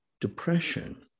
depression